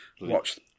watch